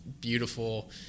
beautiful –